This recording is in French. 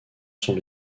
sont